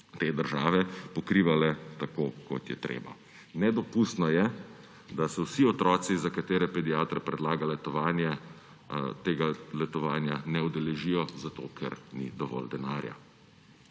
te države, pokrivale tako, kot je treba. Nedopustno je, da se vsi otroci, za katere pediater predlaga letovanje, tega letovanja ne udeležijo, zato ker ni dovolj denarja.